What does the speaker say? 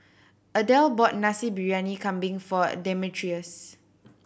Adelle bought Nasi Briyani Kambing for Demetrios